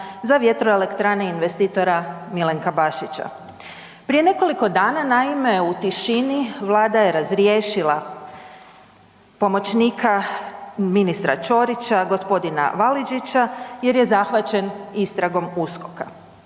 za vjetroelektrane investitora Milenka Bašića. Prije nekoliko dana naime u tišini Vlada je razriješila pomoćnika ministra Ćorića gospodina Validžića jer je zahvaćen istragom USKOK-a.